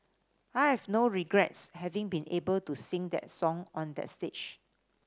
I have no regrets having been able to sing that song on that stage